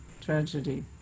tragedy